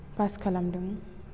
pass खालामदों